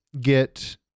get